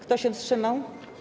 Kto się wstrzymał?